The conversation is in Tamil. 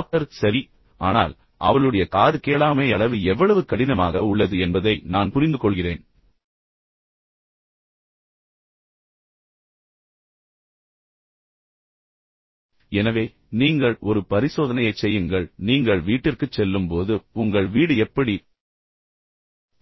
எனவே டாக்டர் சரி ஆனால் அவளுடைய காது கேளாமை அளவு எவ்வளவு கடினமாக உள்ளது என்பதை நான் புரிந்துகொள்கிறேன் எனவே நீங்கள் ஒரு பரிசோதனையைச் செய்யுங்கள் நீங்கள் வீட்டிற்குச் செல்லும்போது உங்கள் வீடு எப்படி